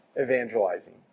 evangelizing